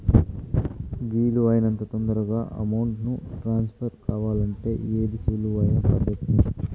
వీలు అయినంత తొందరగా అమౌంట్ ను ట్రాన్స్ఫర్ కావాలంటే ఏది సులువు అయిన పద్దతి